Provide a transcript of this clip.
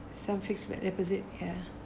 some fixed but deposit ya